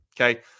okay